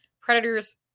Predators